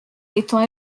étant